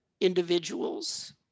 individuals